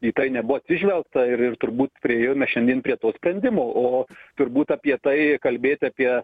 į tai nebuvo atsižvelgta ir ir turbūt priėjome šiandien prie to sprendimo o turbūt apie tai kalbėt apie